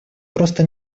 просто